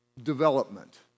Development